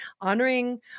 honoring